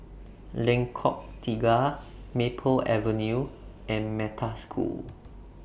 Lengkok Tiga Maple Avenue and Metta School